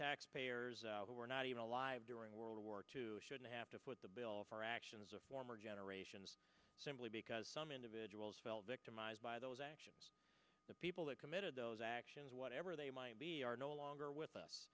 taxpayers who were not even alive during world war two shouldn't have to foot the bill for actions of former generations simply because some individuals felt victimized by those actions the people that committed those actions whatever they might be are no longer with us